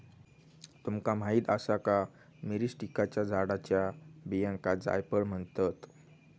तुमका माहीत आसा का, मिरीस्टिकाच्या झाडाच्या बियांका जायफळ म्हणतत?